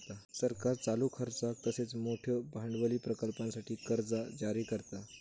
सरकार चालू खर्चाक तसेच मोठयो भांडवली प्रकल्पांसाठी कर्जा जारी करता